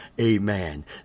Amen